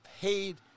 paid